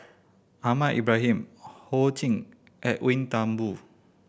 Ahmad Ibrahim Ho Ching Edwin Thumboo